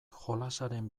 jolasaren